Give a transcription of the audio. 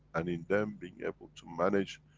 and in them being able to manage,